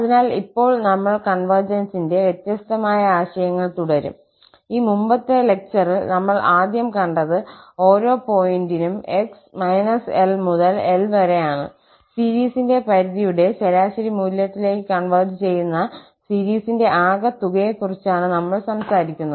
അതിനാൽ ഇപ്പോൾ നമ്മൾ കൺവെർജൻസിന്റെ വ്യത്യസ്തമായ ആശയങ്ങൾ തുടരും ഈ മുമ്പത്തെ ലെക്ചറിൽ നമ്മൾ ആദ്യം കണ്ടത് ഓരോ പോയിന്റിനും 𝑥 −𝐿 മുതൽ L വരെയാണ് സീരീസിന്റെ പരിധിയുടെ ശരാശരി മൂല്യത്തിലേക്ക് കൺവെർജ് ചെയ്യുന്ന സീരീസിന്റെ ആകെത്തുകയെക്കുറിച്ചാണ് നമ്മൾ സംസാരിക്കുന്നത്